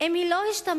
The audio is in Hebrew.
אם היא לא השתמשה